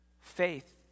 faith